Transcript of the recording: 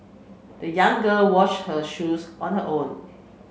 the young girl washed her shoes on her own